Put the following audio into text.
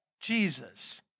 Jesus